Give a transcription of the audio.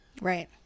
Right